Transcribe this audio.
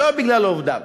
לא בגלל עובדיו.